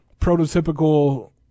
prototypical